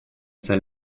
cell